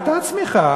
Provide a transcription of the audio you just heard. הייתה צמיחה,